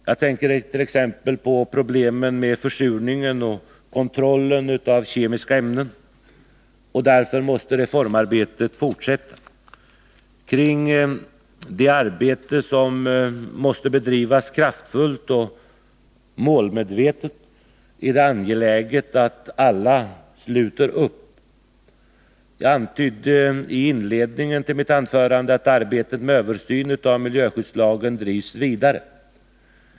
Jag tänker t.ex. på problemen med försurningen och kontrollen av kemiska ämnen. Reformarbetet måste därför fortsätta. Kring det arbetet, som måste bedrivas kraftfullt och målmedvetet, är det angeläget att alla verkligen sluter upp. Jag antydde i inledningen till mitt anförande att arbetet med översynen av miljöskyddslagen drivs vidare.